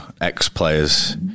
ex-players